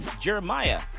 Jeremiah